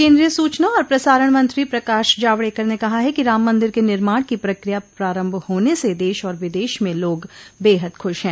केन्द्रीय सूचना और प्रसारण मंत्री प्रकाश जावड़ेकर ने कहा है कि राम मंदिर के निर्माण की प्रक्रिया प्रारंभ होने से देश और विदेश में लोग बेहद खुश है